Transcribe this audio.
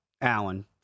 Allen